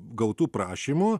gautų prašymų